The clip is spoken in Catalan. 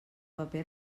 paper